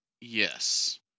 Yes